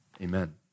Amen